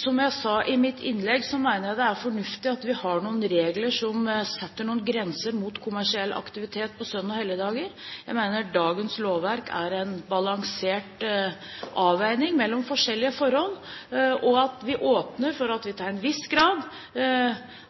Som jeg sa i mitt innlegg, mener jeg det er fornuftig at vi har regler som setter noen grenser for kommersiell aktivitet på søn- og helligdager. Jeg mener dagens lovverk er en balansert avveining mellom forskjellige forhold, og at vi til en viss grad